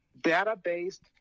data-based